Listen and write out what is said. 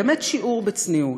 באמת שיעור בצניעות.